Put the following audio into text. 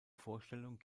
vorstellung